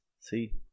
See